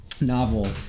novel